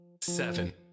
seven